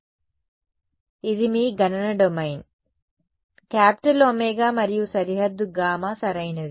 కాబట్టి ఇది మీ గణన డొమైన్ క్యాపిటల్ ఒమేగా మరియు సరిహద్దు గామా సరైనది